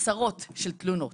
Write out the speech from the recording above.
עשרות של תלונות.